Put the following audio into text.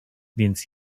więc